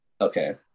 okay